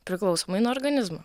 priklausomai nuo organizmo